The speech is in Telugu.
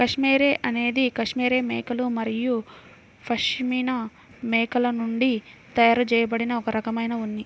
కష్మెరె అనేది కష్మెరె మేకలు మరియు పష్మినా మేకల నుండి తయారు చేయబడిన ఒక రకమైన ఉన్ని